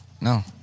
no